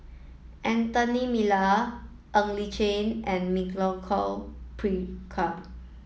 Anthony Miller Ng Li Chin and